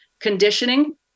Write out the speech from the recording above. conditioning